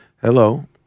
hello